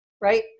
right